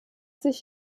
sich